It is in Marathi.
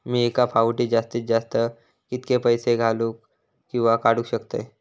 मी एका फाउटी जास्तीत जास्त कितके पैसे घालूक किवा काडूक शकतय?